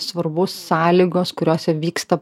svarbu sąlygos kuriose vyksta